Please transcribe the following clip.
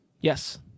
yes